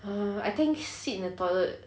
err I think sit in the toilet